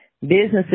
Businesses